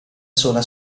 sola